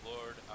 Lord